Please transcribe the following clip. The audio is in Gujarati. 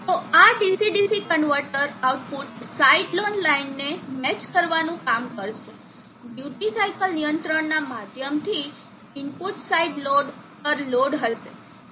તો આ DC DC converter output side load લાઇનને મેચ કરવાનું કામ કરશે ડ્યુટી સાઇકલ નિયંત્રણના માધ્યમથી ઇનપુટ સાઇડ લોડ પર લોડ કરશે